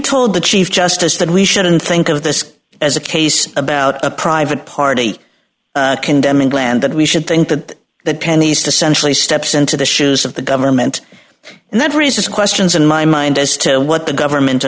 told the chief justice that we shouldn't think of this as a case about a private party condemning land that we should think that that penny's to centrally steps into the shoes of the government and that raises questions in my mind as to what the government